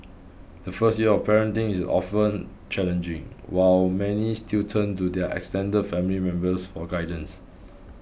the first year of parenting is often challenging while many still turn to their extended family members for guidance